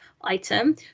item